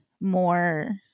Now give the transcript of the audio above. more